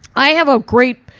i have a great,